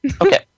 Okay